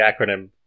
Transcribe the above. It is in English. acronym